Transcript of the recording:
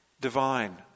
divine